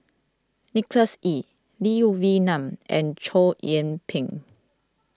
Nicholas Ee Lee Wee Nam and Chow Yian Ping